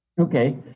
okay